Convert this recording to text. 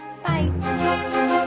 Bye